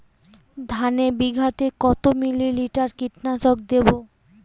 ধানে বিঘাতে কত মিলি লিটার কীটনাশক দেবো?